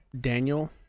daniel